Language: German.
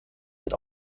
wird